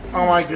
oh my